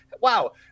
Wow